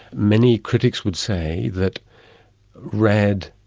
many critics would say that read,